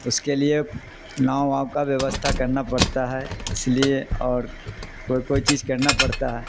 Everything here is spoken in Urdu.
اس کے لیے ناؤ وؤ کا ویوستھا کرنا پڑتا ہے اس لیے اور کوئی کوئی چیز کرنا پڑتا ہے